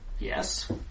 Yes